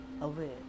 aware